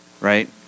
right